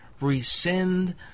rescind